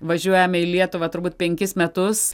važiuojame į lietuvą turbūt penkis metus